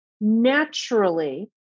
naturally